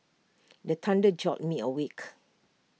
the thunder jolt me awake